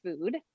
food